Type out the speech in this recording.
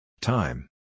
Time